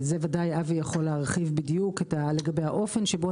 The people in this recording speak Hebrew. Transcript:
על זה ודאי אבי יכול להרחיב בדיוק לגבי האופן שבו